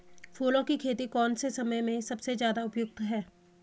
फूलों की खेती कौन से समय में सबसे ज़्यादा उपयुक्त है?